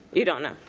you don't know.